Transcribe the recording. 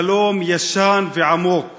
חלום ישן ועמוק